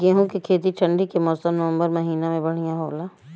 गेहूँ के खेती ठंण्डी के मौसम नवम्बर महीना में बढ़ियां होला?